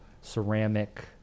ceramic